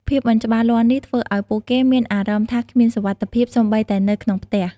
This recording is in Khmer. ភាពមិនច្បាស់លាស់នេះធ្វើឲ្យពួកគេមានអារម្មណ៍ថាគ្មានសុវត្ថិភាពសូម្បីតែនៅក្នុងផ្ទះ។